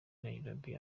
nairobi